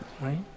Right